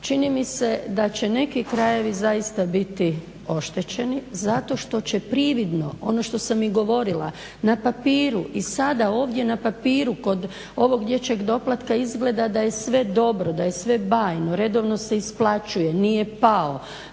čini mi se da će neki krajevi zaista biti oštećeni zato što će prividno, ono što sam i govorila, na papiru, i sada ovdje na papiru kod ovog dječjeg doplatka izgleda da je sve dobro, da je sve bajno, redovno se isplaćuje, nije pao.